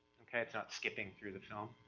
ok. it's ah skipping through the film